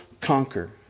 conquer